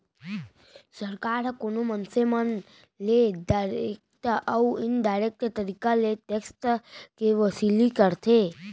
सरकार ह कोनो मनसे मन ले डारेक्ट अउ इनडारेक्ट तरीका ले टेक्स के वसूली करथे